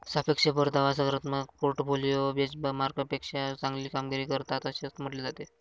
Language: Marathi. सापेक्ष परतावा सकारात्मक पोर्टफोलिओ बेंचमार्कपेक्षा चांगली कामगिरी करतात असे म्हटले जाते